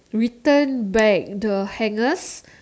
return back the hangers